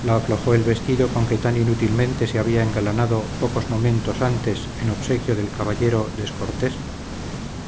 la aflojó el vestido con que tan inútilmente se había engalanado pocos momentos antes en obsequio del caballero descortés